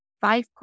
five